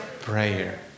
prayer